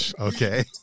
Okay